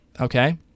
okay